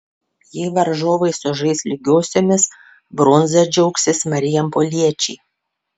jei varžovai sužais lygiosiomis bronza džiaugsis marijampoliečiai